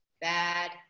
bad